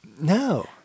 No